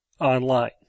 online